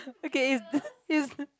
okay is is